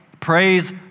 Praise